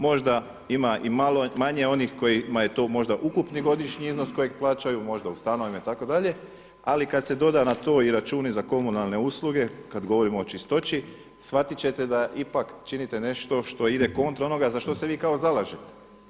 Možda ima i manje onih kojima je to možda ukupni godišnji iznos kojeg plaćaju možda u stanovima itd., ali kada se doda na to i računi za komunalne usluge kada govorimo o čistoći, shvatit ćete da ipak činite nešto što ide kontra onoga za što se vi kao zalažete.